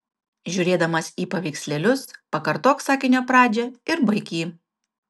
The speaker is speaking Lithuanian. žiūrėdamas į paveikslėlius pakartok sakinio pradžią ir baik jį